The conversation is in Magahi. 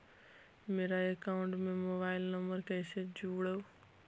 मेरा अकाउंटस में मोबाईल नम्बर कैसे जुड़उ?